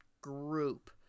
group